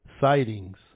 sightings